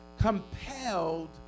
compelled